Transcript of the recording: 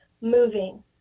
moving